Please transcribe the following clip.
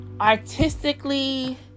artistically